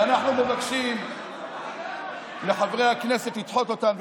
ואנחנו מבקשים מחברי הכנסת לדחות אותן.